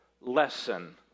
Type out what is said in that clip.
lesson